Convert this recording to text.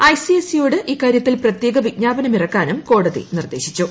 ICSE യോട് ഇക്കാര്യത്തിൽ പ്രത്യേക വിജ്ഞാപനം ഇറക്കാനും കോടതി നിർദ്ദേശിച്ചു